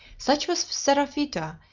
such was seraphita,